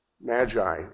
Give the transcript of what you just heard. magi